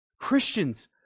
Christians